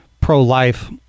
pro-life